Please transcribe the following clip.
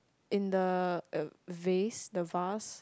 in the uh vase the vase